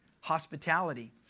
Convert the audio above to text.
hospitality